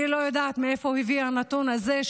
אני לא יודעת מאיפה הוא הביא את הנתון הזה,